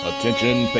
Attention